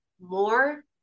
more